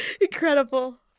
Incredible